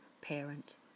parent